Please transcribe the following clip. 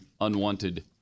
unwanted